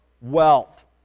wealth